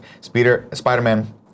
Spider-Man